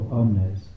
omnes